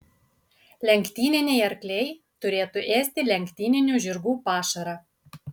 lenktyniniai arkliai turėtų ėsti lenktyninių žirgų pašarą